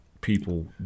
people